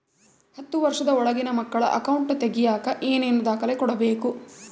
ಹತ್ತುವಷ೯ದ ಒಳಗಿನ ಮಕ್ಕಳ ಅಕೌಂಟ್ ತಗಿಯಾಕ ಏನೇನು ದಾಖಲೆ ಕೊಡಬೇಕು?